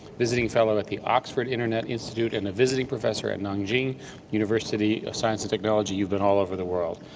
visiting fellow at the oxford internet institute and a visiting professor at nanjing university of science and technology. you've been all over the world.